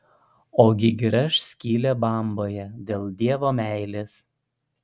ogi gręš skylę bamboje dėl dievo meilės